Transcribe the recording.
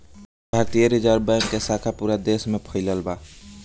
भारतीय reserve bank के शाखा पूरा देस में फइलल बाटे